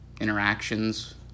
interactions